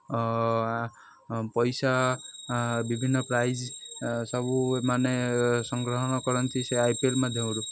ପଇସା ବିଭିନ୍ନ ପ୍ରାଇଜ୍ ସବୁ ମାନେ ସଂଗ୍ରହଣ କରନ୍ତି ସେ ଆଇ ପି ଏଲ୍ ମାଧ୍ୟମରୁ